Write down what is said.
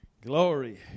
Glory